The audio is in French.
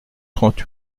trente